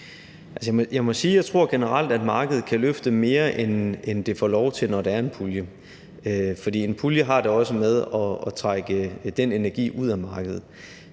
jeg generelt tror, at markedet kan løfte mere, end det får lov til, når der er en pulje, for en pulje har det også med at trække den energi ud af markedet.